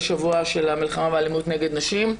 בשבוע של המלחמה באלימות נגד נשים.